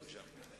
בבקשה.